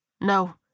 No